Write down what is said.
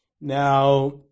Now